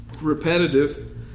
repetitive